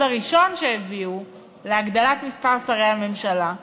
הראשון שהביאו להגדלת מספר שרי הממשלה.